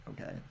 Okay